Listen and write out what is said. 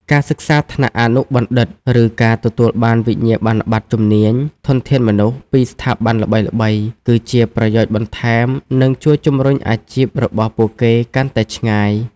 ការសិក្សាថ្នាក់អនុបណ្ឌិត ឬការទទួលបានវិញ្ញាបនបត្រជំនាញ ធនធានមនុស្ស ពីស្ថាប័នល្បីៗ នឹងជាប្រយោជន៍បន្ថែម និងជួយជំរុញអាជីពរបស់ពួកគេកាន់តែឆ្ងាយ។